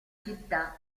città